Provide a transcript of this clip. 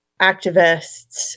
activists